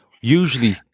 Usually